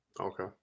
Okay